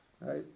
right